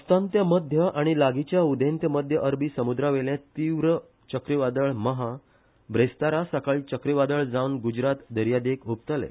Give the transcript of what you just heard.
अस्तंत मध्य आनी लागीच्या उदेंत मध्य अरबी समुद्रावेले तीव्र चक्रीवादळ महा ब्रेस्तारा सकाळी चक्रीवादळ जावन गुजरात दर्यादेग ह्पतले